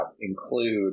include